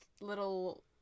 little